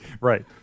right